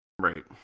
Right